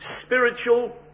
spiritual